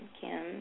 Kim